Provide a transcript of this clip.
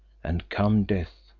and come death,